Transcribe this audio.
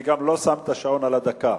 אני גם לא שם את השעון על הדקה,